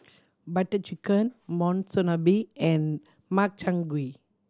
Butter Chicken Monsunabe and Makchang Gui